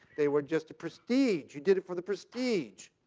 they were just a prestige. you did it for the prestige.